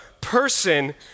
person